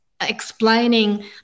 explaining